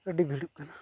ᱟᱹᱰᱤ ᱵᱷᱤᱲᱚᱜ ᱠᱟᱱᱟ